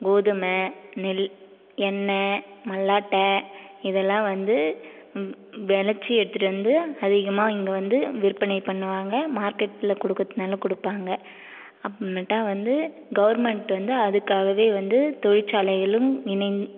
கோதுமை நெல் எண்ணய் மல்லாட்ட இதெல்லாம் வந்து விளச்சி எடுத்துட்டு வந்து அதிகமாக இங்கே வந்து விற்பனை பண்ணுவாங்க மார்க்கெட்டில் கொடுக்குறதுனாலும் கொடுப்பாங்க அப்புறமேட்டா வந்து கவர்மெண்ட் வந்து அதுக்காகவே வந்து தொழிற்சாலைகளும் இணை